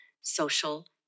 social